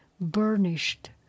burnished